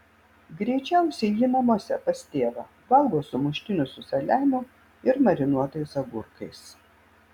greičiausiai ji namuose pas tėvą valgo sumuštinius su saliamiu ir marinuotais agurkais